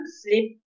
sleep